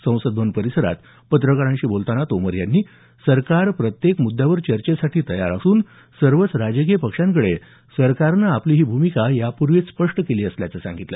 संसद भवन परिसरात पत्रकारांशी बोलताना तोमर यांनी सरकार प्रत्येक मुद्यावर चर्चेसाठी तयार असून सर्वच राजकीय पक्षांकडे सरकारनं ही भूमिका यापूर्वीच स्पष्ट केली असल्याचं सांगितलं